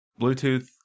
Bluetooth